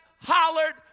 hollered